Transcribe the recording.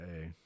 Hey